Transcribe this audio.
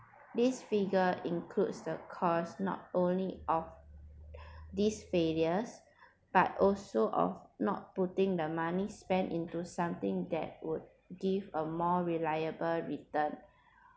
this figure includes the cost not only of these failures but also of not putting the money spent into something that would give a more reliable return